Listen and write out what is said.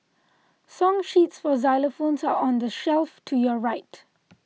song sheets for xylophones are on the shelf to your right